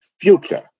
future